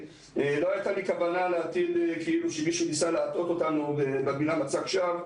לא הייתה לי כוונה להציג כאילו מישהו ניסה להטעות אותנו במילה מצג שווא,